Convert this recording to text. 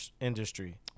industry